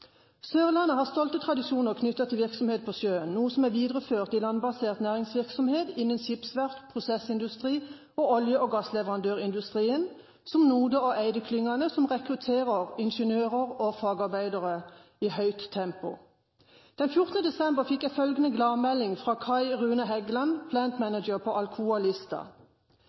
Sørlandet har stolte tradisjoner knyttet til virksomhet på sjøen, noe som er videreført i landbasert næringsvirksomhet, innen skipsverft, prosessindustri og olje- og gassleverandørindustri, som NODE- og Eyde-klyngene som rekrutterer ingeniører og fagarbeidere i høyt tempo. Den 14. desember fikk jeg følgende gladmelding fra Kai Rune Heggland, Plant manager på Alcoa, Lista: